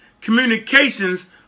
communications